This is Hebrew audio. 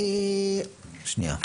שנייה.